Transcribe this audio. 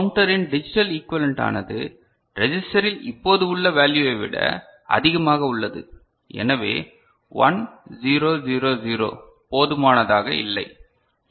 கவுன்டரின் digital ஈகுவலேன்டானது ரெஜிஸ்டரில் இப்போது உள்ள வேல்யுவைவிட அதிகமாக உள்ளது எனவே 1 0 0 0 போதுமானதாக இல்லை